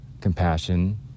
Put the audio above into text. Compassion